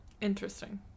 interesting